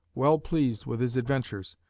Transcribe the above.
well pleased with his adventures,